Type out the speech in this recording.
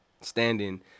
standing